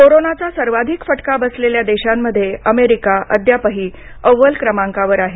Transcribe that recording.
कोरोनाचा सर्वाधिक फटका बसलेल्या देशांमध्ये अमेरिका अद्यापही अव्वल क्रमांकावर आहे